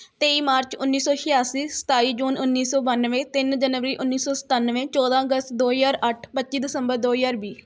ਤੇਈ ਮਾਰਚ ਉੱਨੀ ਸੌ ਛਿਆਸੀ ਸਤਾਈ ਜੂਨ ਉੱਨੀ ਸੌ ਬਾਨਵੇਂ ਤਿੰਨ ਜਨਵਰੀ ਉੱਨੀ ਸੌ ਸਤਾਨਵੇਂ ਚੌਦਾਂ ਅਗਸਤ ਦੋ ਹਜ਼ਾਰ ਅੱਠ ਪੱਚੀ ਦਸੰਬਰ ਦੋ ਹਜ਼ਾਰ ਵੀਹ